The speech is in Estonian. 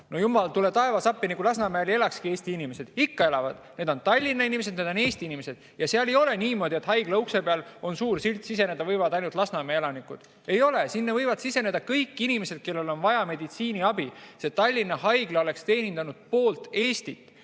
jumal, tule taevas appi, nagu Lasnamäel ei elakski Eesti inimesed. Ikka elavad! Need on Tallinna inimesed, need on Eesti inimesed. Ei ole niimoodi, et haigla ukse peal on suur silt, et siseneda võivad ainult Lasnamäe elanikud. Ei ole! Sinna võivad siseneda kõik inimesed, kellel on vaja meditsiiniabi. Tallinna Haigla oleks teenindanud poolt Eestit.